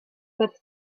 that